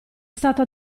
stata